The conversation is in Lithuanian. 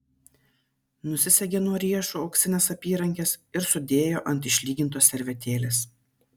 nusisegė nuo riešų auksines apyrankes ir sudėjo ant išlygintos servetėlės